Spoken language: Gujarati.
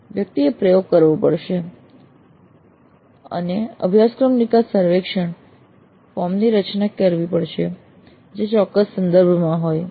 વ્યક્તિએ પ્રયોગ કરવો પડશે અને અભ્યાસક્રમ નિકાસ સર્વેક્ષણ ફોર્મ ની રચના કરવી પડશે જે ચોક્કસ સંદર્ભમાં શ્રેષ્ઠ હોય